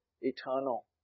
eternal